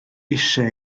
eisiau